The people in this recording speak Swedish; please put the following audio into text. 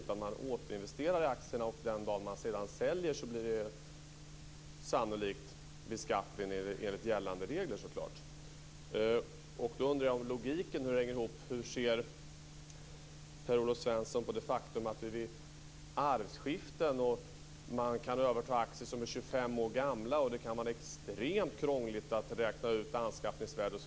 Det handlar om att man återinvesterar i aktierna, och den dagen man sedan säljer blir det sannolikt beskattning enligt gällande regler. Jag undrar hur logiken hänger ihop. Hur ser Per Olof Svensson på det faktum att man vid arvsskiften kan överta aktier som är 25 år gamla där det kan vara extremt krångligt att räkna ut anskaffningsvärde?